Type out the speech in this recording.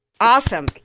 Awesome